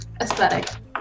aesthetic